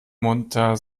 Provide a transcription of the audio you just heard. munter